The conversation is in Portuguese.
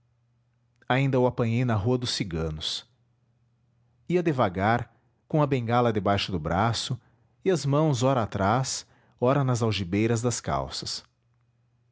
ainda o apanhei na rua dos ciganos ia devagar com a bengala debaixo do braço e as mãos ora atrás ora nas algibeiras das calças